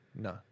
No